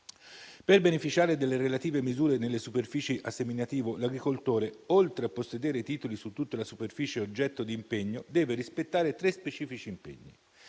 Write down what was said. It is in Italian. Per beneficiare delle relative misure nelle superficie a seminativo, l'agricoltore, oltre a possedere titoli su tutta la superficie oggetto di impegno, deve rispettare tre specifici impegni: